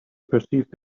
perceived